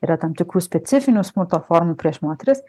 yra tam tikrų specifinių smurto formų prieš moteris